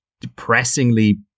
depressingly